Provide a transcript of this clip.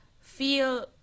feel